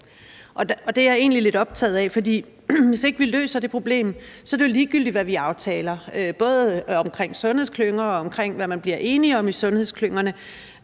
det er jeg egentlig lidt optaget af, for hvis ikke vi løser det problem, så er det jo ligegyldigt, hvad vi aftaler – både omkring sundhedsklynger og om, hvad man bliver enige om i sundhedsklyngerne.